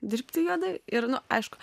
dirbti juodai ir nu aišku